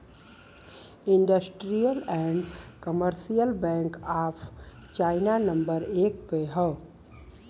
industrial and commercial bank of China number एक पे हौ